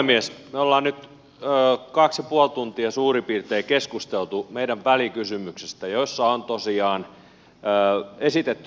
me olemme nyt kaksi ja puoli tuntia suurin piirtein keskustelleet meidän välikysymyksestämme jossa on tosiaan esitettynä viisi kysymystä